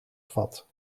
vat